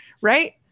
Right